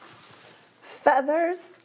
Feathers